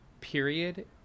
period